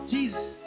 Jesus